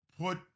put